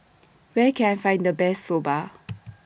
Where Can I Find The Best Soba